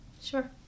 Sure